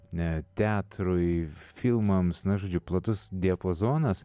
net teatrui filmams na žodžiu platus diapazonas